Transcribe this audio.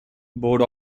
board